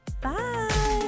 Bye